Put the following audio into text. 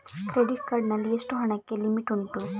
Credit card ನಲ್ಲಿ ಎಷ್ಟು ಹಣಕ್ಕೆ ಲಿಮಿಟ್ ಉಂಟು?